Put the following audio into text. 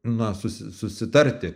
na su si susitarti